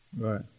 Right